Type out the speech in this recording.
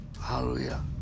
Hallelujah